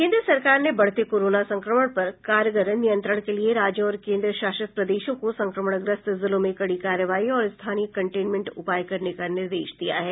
केंद्र सरकार ने बढते कोरोना संक्रमण पर कारगर नियंत्रण के लिए राज्यों और केंद्र शासित प्रदेशों को संक्रमण ग्रस्त जिलों में कड़ी कार्रवाई और स्थानीय कंटेनमेंट उपाय करने का निर्देश दिया है